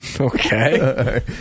Okay